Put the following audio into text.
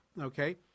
okay